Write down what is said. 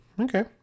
Okay